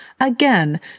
Again